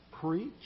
preach